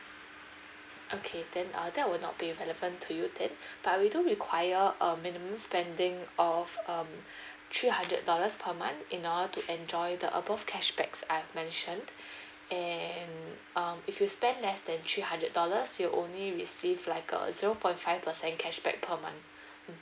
okay then uh that will not be relevant to you then but we do require a minimum spending of um three hundred dollars per month in order to enjoy the above cashbacks I have mentioned and um if you spend less than three hundred dollars you only receive like a zero point five percent cashback per month mm